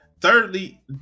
Thirdly